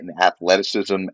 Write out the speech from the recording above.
athleticism